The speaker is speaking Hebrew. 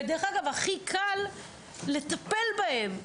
ודרך אגב, הכי קל לטפל בהם.